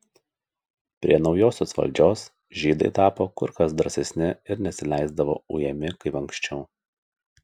prie naujosios valdžios žydai tapo kur kas drąsesni ir nesileisdavo ujami kaip anksčiau